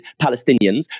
Palestinians